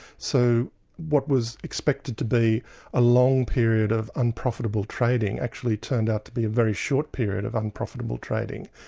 so what was expected to be a long period of unprofitable trading, actually turned out to be a very short period of unprofitable trading.